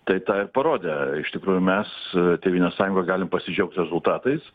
tai tą ir parodė iš tikrųjų mes tėvynės sąjungoj galim pasidžiaugt rezultatais